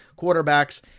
quarterbacks